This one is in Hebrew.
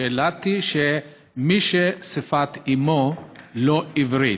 שאלתי היא על מי ששפת אימו היא לא עברית.